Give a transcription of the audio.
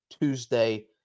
Tuesday